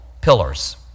pillars